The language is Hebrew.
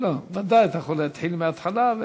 בוודאי אתה יכול להתחיל מההתחלה,